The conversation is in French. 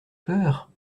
peur